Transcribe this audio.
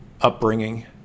upbringing